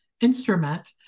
instrument